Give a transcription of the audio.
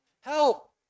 help